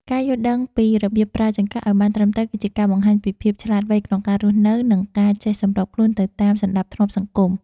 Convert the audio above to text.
ការយល់ដឹងពីរបៀបប្រើចង្កឹះឱ្យបានត្រឹមត្រូវគឺជាការបង្ហាញពីភាពឆ្លាតវៃក្នុងការរស់នៅនិងការចេះសម្របខ្លួនទៅតាមសណ្តាប់ធ្នាប់សង្គម។